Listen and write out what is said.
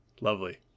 Lovely